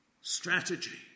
Strategy